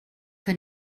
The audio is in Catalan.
que